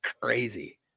crazy